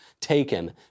taken